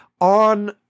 on